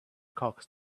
cocks